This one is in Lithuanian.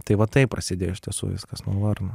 tai va taip prasidėjo iš tiesų viskas nuo varno